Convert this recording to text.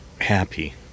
happy